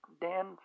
Dan